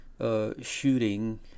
shooting